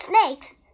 snakes